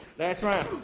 last round.